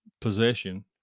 possession